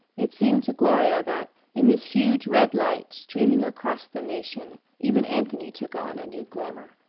it seemed to gloria that in this huge red light streaming across the nation even anthony took on a new glamour.